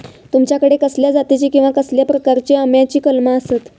तुमच्याकडे कसल्या जातीची किवा कसल्या प्रकाराची आम्याची कलमा आसत?